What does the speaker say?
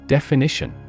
Definition